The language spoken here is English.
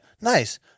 nice